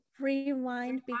Rewind